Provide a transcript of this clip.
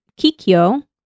Kikyo